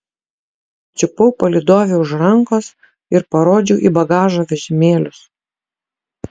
čiupau palydovei už rankos ir parodžiau į bagažo vežimėlius